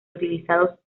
utilizados